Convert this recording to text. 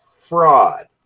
fraud